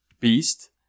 Beast